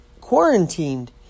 quarantined